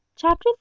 Chapter